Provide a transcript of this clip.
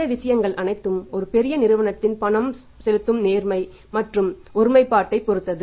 இந்த விஷயங்கள் அனைத்தும் ஒரு பெரிய நிறுவனத்தின் பணம் செலுத்தும் நேர்மை மற்றும் ஒருமைப்பாட்டை பொருத்தது